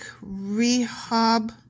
Rehab